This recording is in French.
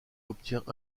obtient